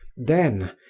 then,